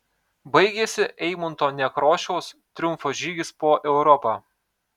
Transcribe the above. baigėsi eimunto nekrošiaus triumfo žygis po europą